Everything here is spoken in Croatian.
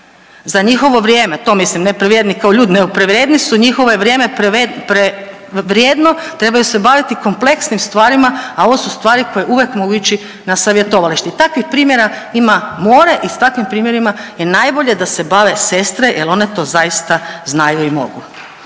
za njihovo vrijeme, to mislim, ne prevrijedni kao ljudi, nego prevrijedni su njihove vrijeme prevrijedno, trebaju se baviti kompleksnim stvarima, a ovo su stvari koje uvijek mogu ići na savjetovalište i takvih primjera ima more i s takvim primjerima je najbolje da se bave sestre jer one to zaista znaju i mogu.